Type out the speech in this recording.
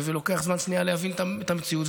ולוקח זמן להבין את המציאות,